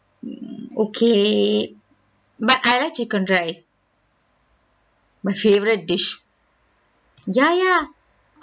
mm okay but I like chicken rice my favourite dish ya ya